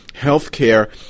healthcare